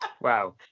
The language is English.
Wow